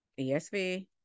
ESV